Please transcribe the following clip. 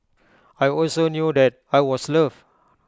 I also knew that I was loved